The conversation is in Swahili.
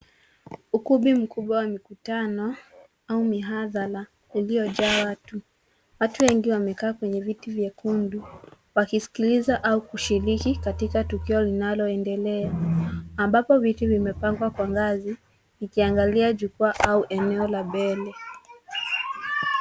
Ukumbi mkubwa wa mikutano au mihadhara uliojaa watu. Watu wengi wamekaa kwenye viti vyekundu wakiskiliza au kushiriki katika tukio linaloendelea ambapo viti vimepangwa kwa ngazi vikiangalia jukwaa au eneo la mbele.